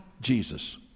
Jesus